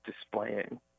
displaying